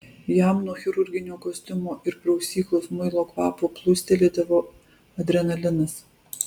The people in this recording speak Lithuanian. jam nuo chirurginio kostiumo ir prausyklos muilo kvapo plūstelėdavo adrenalinas